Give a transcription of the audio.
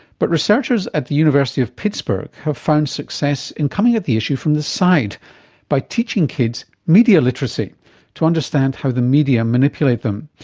but researchers at the university of pittsburgh have found success in coming at the issue from the side by teaching kids media literacy to understand how the media manipulate them.